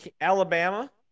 Alabama